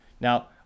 Now